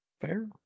Fair